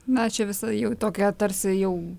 na čia visai jau tokia tarsi jau